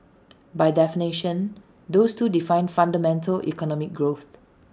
by definition those two define fundamental economic growth